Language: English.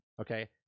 okay